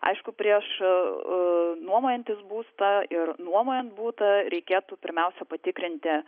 aišku prieš a nuomojantis būstą ir nuomojant butą reikėtų pirmiausia patikrinti